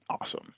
awesome